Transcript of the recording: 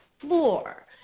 floor